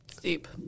Deep